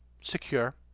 secure